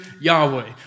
Yahweh